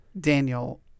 daniel